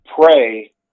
pray